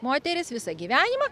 moteris visą gyvenimą